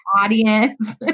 audience